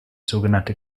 sogenannte